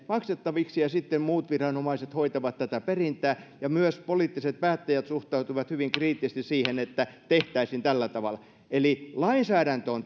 maksettaviksi ja sitten muut viranomaiset hoitavat tätä perintää myös poliittiset päättäjät suhtautuivat hyvin kriittisesti siihen että tehtäisiin tällä tavalla eli lainsäädäntö on